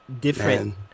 different